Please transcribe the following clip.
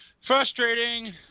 Frustrating